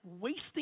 wasting